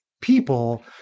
people